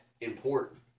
important